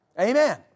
Amen